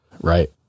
Right